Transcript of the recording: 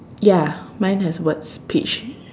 ya mine has words peach